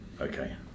Okay